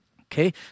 okay